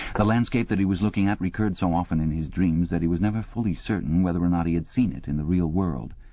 the landscape that he was looking at recurred so often in his dreams that he was never fully certain whether or not he had seen it in the real world.